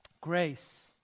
Grace